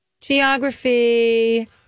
Geography